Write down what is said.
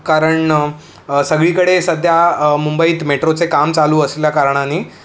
कारण सगळीकडे सध्या मुंबईत मेट्रोचे काम चालू असल्या कारणाने